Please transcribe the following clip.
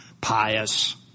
pious